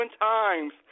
times